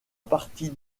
partie